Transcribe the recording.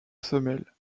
semelle